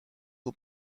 who